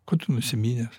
ko tu nusiminęs